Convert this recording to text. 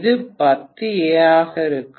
இது 10 A ஆக இருக்கும்